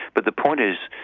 but the point is,